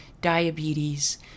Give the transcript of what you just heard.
diabetes